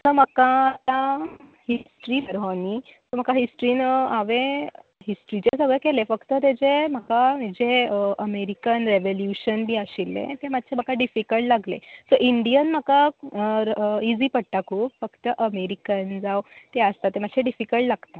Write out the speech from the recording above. sir म्हाका आतां history नी सो म्हाका हिस्ट्रीन हांवें हिस्ट्रीचें सगळें केलें फक्त तेजे म्हाका हेजे अमेरीकन रॅवल्यूशन बी आशिल्ले ते मात्शे म्हाका डिफक्लट लागले सो इंडियन म्हाका इजी पडटा खूब फक्त अमॅरिकन जावं ते आसता पय ते मात्शें डिफीक्लट लागता